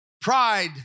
Pride